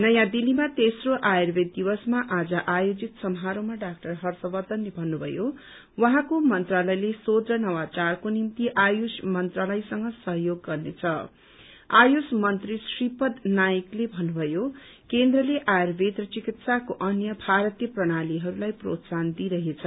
नयाँ दिल्लीमा तेम्रो आयुर्वेद दिवसमा आज आयोजित समारोहमा डा हर्षवर्धनले भन्नुभयो उहाँको मन्त्रालयले शोध र नवाचारको निम्ति आयुष मन्त्री श्रीपद नाइकले भन्नुभयो केन्द्रले आयुर्वेद र चिकित्साको अन्य भारतीय प्रणालीहरूलाई प्रोत्साहन दिइरहेछ